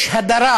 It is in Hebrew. יש הדרה